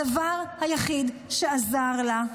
הדבר היחיד שעזר לנו,